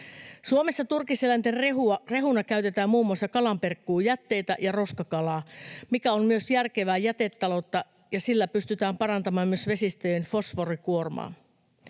Suomessa turkiseläinten rehuna käytetään muun muassa kalanperkuujätteitä ja roskakalaa, mikä on myös järkevää jätetaloutta. Sillä pystytään parantamaan myös vesistöjen fosforikuormaa.